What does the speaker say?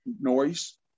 noise